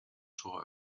tor